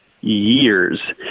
years